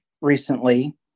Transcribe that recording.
recently